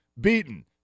beaten